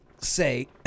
say